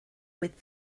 with